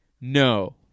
no